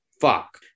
fuck